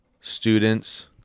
students